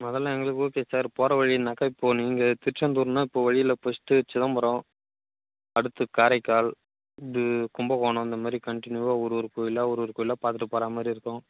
அதெல்லாம் எங்களுக்கு okay sir போகிற வழின்னாக்கால் இப்போது நீங்கள் திருச்செந்தூர்னால் இப்போது வழியில் ஃபர்ஸ்ட்டு சிதம்பரம் அடுத்து காரைக்கால் இது கும்பகோணம் இந்த மாதிரி கண்ட்னியூவாக ஒரு ஒரு கோயிலாக ஒரு ஒரு கோயிலாக பார்த்துட்டு போகிறா மாதிரி இருக்கும்